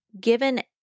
given